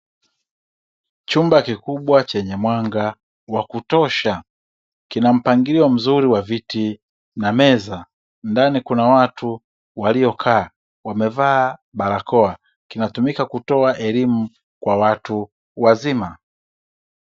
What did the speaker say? Chumba kikubwa chenye mwanga wa kutosha, kina mpangilio mzuri wa viti na meza, ndani kuna watu waliokaa, wamevaa barakoa kinatumika kutoa elimu kwa watu wazima.